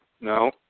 no